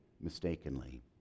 mistakenly